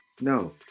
No